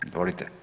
Izvolite.